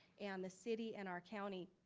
and the city and our county.